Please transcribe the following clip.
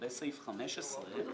בסדר.